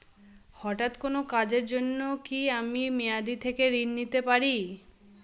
হঠাৎ কোন কাজের জন্য কি আমি মেয়াদী থেকে ঋণ নিতে পারি?